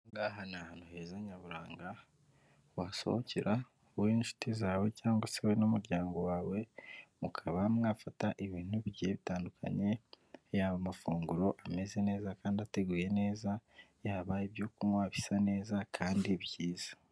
Aha ngaha ni ahantu heza nyaburanga wasohokera, wowe n'inshuti zawe cyangwa se wowe n'umuryango wawe mukaba mwafata ibintu bigiye bitandukanye, yaba amafunguro ameze neza kandi ateguye neza, yaba ibyo kunywa bisa neza kandi byiza.